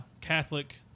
Catholic